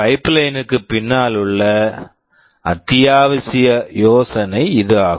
pipeline pipeline க்குப் பின்னால் உள்ள அத்தியாவசிய யோசனை இது ஆகும்